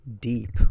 deep